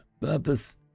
purpose